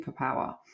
superpower